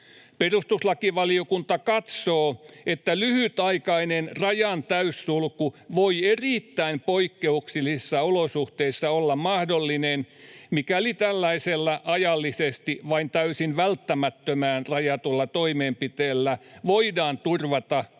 Perustuslakivaliokunta katsoo, että lyhytaikainen rajan täyssulku voi erittäin poikkeuksellisissa olosuhteissa olla mahdollinen, mikäli tällaisella ajallisesti vain täysin välttämättömään rajatulla toimenpiteellä voidaan turvata